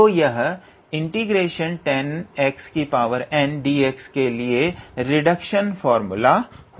तो यह ∫𝑡𝑎𝑛n𝑥𝑑𝑥 के लिए रिडक्शन फार्मूला हुआ